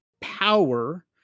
power